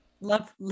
love